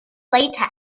latex